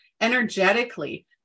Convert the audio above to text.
energetically